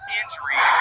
injury